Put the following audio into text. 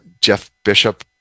jeffbishop